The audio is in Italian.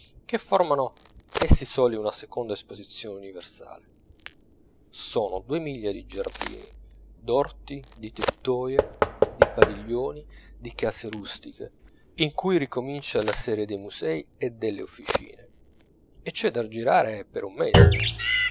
che formano essi soli una seconda esposizione universale sono due miglia di giardini d'orti di tettoie di padiglioni di case rustiche in cui ricomincia la serie dei musei e delle officine e c'è da girar per un mese